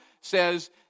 says